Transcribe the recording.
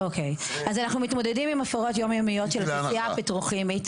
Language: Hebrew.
אנחנו מתמודדים עם הפרות יום יומיות של התעשייה הפטרוכימית.